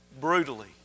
brutally